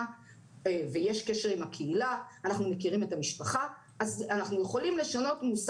נרתום את כולם ובואו נשים את האצבע, כמו שאומרים,